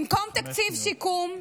במקום תקציב שיקום,